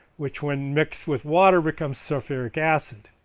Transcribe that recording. which when mixed with water becomes sulfuric acid.